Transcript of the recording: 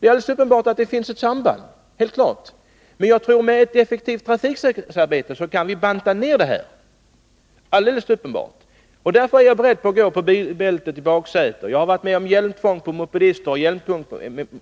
Det är alldeles uppenbart att detta samband finns, men jag tror att med ett effektivt trafiksäkerhetsarbete kan vi banta ner skadorna — det är helt klart. Därför är jag beredd att ansluta mig till en lagstiftning om användning av bilbälten i baksätena. Jag har varit med om att införa hjälptvång för mopedister och